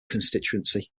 constituency